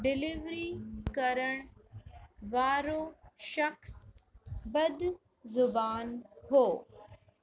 delivery करण वारो शख़्सु बद ज़बान हुओ